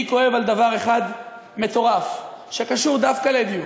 לי כואב על דבר אחד מטורף, שקשור דווקא לדיור.